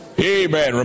Amen